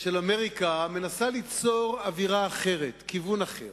של אמריקה מנסה ליצור אווירה אחרת, כיוון אחר.